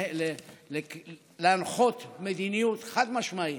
להנחות מדיניות חד-משמעית,